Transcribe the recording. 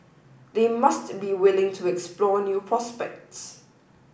they must be willing to explore new prospects